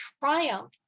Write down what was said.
triumph